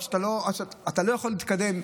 אתה לא יכול להתקדם,